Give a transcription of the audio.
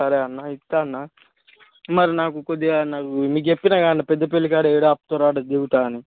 సరే అన్న ఇస్తాను అన్న మరి నాకు కొద్దిగా నాకు మీకు చెప్పినా కదన్నపెద్దపల్లి కాడ ఏడ ఆపుతారో అక్కడ దిగుతాను అని